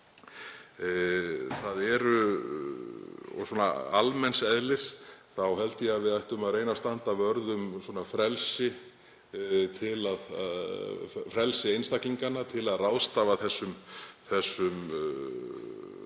það. Og svona almenns eðlis þá held ég að við ættum að reyna að standa vörð um frelsi einstaklinganna til að ráðstafa þessum